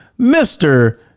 mr